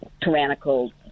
tyrannical